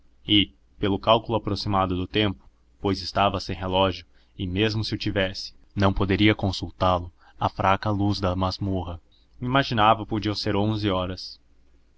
e pelo cálculo aproximado do tempo pois estava sem relógio e mesmo se o tivesse não poderia consultá lo à fraca luz da masmorra imaginava podiam ser onze horas